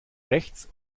rechts